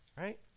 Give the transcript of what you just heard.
right